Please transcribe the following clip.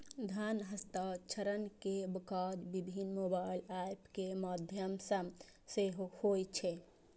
धन हस्तांतरण के काज विभिन्न मोबाइल एप के माध्यम सं सेहो होइ छै